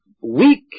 Weak